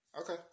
Okay